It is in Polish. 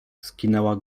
skinęła